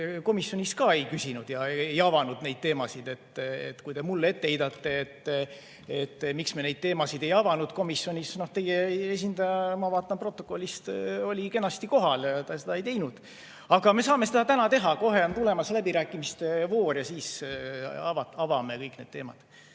komisjonis ka ei küsinud ega avanud neid teemasid. Kui te mulle ette heidate, et miks me neid teemasid ei avanud komisjonis, siis teie esindaja, ma vaatan protokollist, oli kenasti kohal ja ta seda ei teinud. Aga me saame seda täna teha: kohe on tulemas läbirääkimiste voor ja siis me avame kõik need teemad.